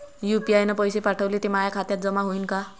UPI न पैसे पाठवले, ते माया खात्यात जमा होईन का?